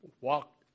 walk